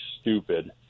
stupid